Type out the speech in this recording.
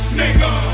nigga